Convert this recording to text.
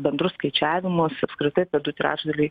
bendrus skaičiavimus apskritai apie du trečdaliai